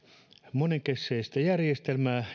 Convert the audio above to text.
monenkeskistä järjestelmää